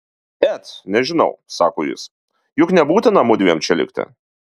et nežinau sako jis juk nebūtina mudviem čia likti